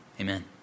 Amen